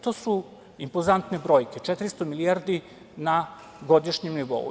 To su impozantne brojke, 400 milijardi na godišnjem nivou.